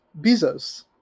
Bezos